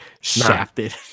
Shafted